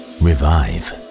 Revive